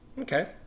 Okay